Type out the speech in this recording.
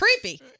creepy